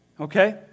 okay